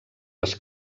les